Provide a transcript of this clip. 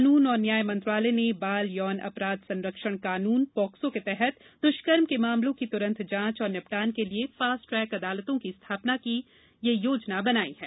कानून और न्याय मंत्रालय ने बाल यौन अपराध संरक्षण कानून पॉक्सो के तहत दुष्कर्म के मामलों की तुरन्त जांच और निपटान के लिए फास् ट ट्रैक अदालतों की स्थापना के लिएयह योजना बनाई है